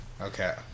Okay